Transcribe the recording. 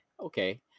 okay